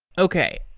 okay.